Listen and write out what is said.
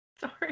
Sorry